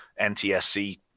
NTSC